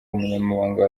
umunyamabanga